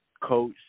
Coach